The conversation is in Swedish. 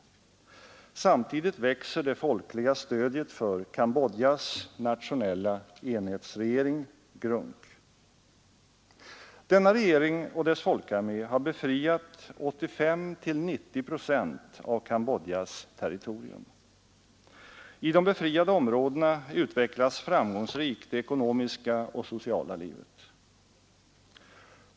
Samtidigt växer det folkliga stödet för GRUNC — Cambodjas nationella enhetsregering. GRUNC och dess folkarmé har befriat 85—90 procent av Cambodjas territorium. I de befriade områdena utvecklas framgångsrikt det ekonomiska och sociala livet.